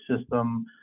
system